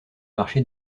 marché